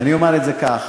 אני אומר את זה כך,